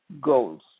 goals